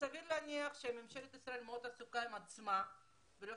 סביר להניח שממשלת ישראל עסוקה מאוד עם עצמה ולא